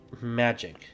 magic